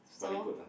very good ah